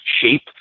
shape